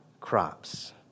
crops